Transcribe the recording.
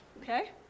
Okay